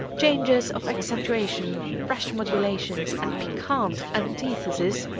changes of accentuation, fresh modulations, and piquant antitheses,